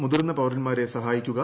മുതിർന്ന പൌരന്മാരെ സഹായിക്കുക